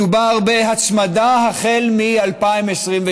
מדובר בהצמדה החל מ-2022,